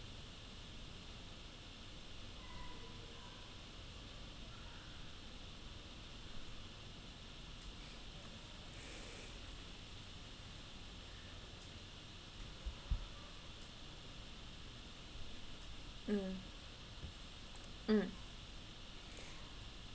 mm mm